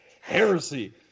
Heresy